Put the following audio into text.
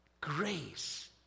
Grace